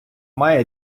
має